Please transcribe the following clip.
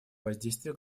воздействия